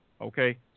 Okay